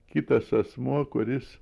kitas asmuo kuris